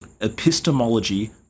Epistemology